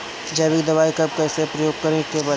जैविक दवाई कब कैसे प्रयोग करे के चाही?